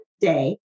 day